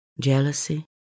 jealousy